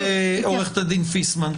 שמעת את עורכת הדין פיסמן.